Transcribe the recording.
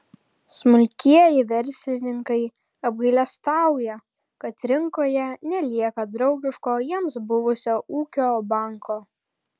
smulkieji verslininkai apgailestauja kad rinkoje nelieka draugiško jiems buvusio ūkio banko